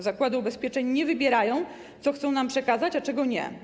Zakłady ubezpieczeń nie wybierają, co chcą nam przekazać, a czego nie.